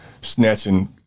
snatching